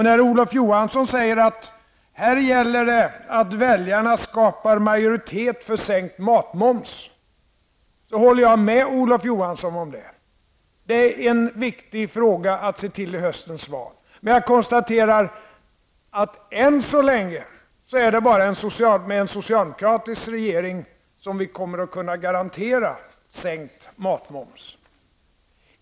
När Olof Johansson säger att här gäller det att väljarna skapar majoritet för sänkt matmoms, håller jag med Olof Johansson om det. Det är en viktig fråga i höstens val. Men jag konstaterar att än så länge är det bara med en socialdemokratisk regering som vi kommer att kunna garanteras sänkt matmoms.